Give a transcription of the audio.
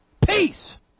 Peace